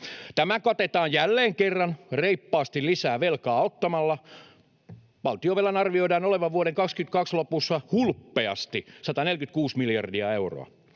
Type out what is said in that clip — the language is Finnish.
Tämä katetaan jälleen kerran reippaasti lisää velkaa ottamalla. Valtionvelan arvioidaan olevan vuoden 22 lopussa hulppeasti 146 miljardia euroa.